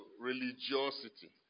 religiosity